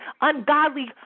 ungodly